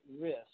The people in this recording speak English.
risk